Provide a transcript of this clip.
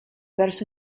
perso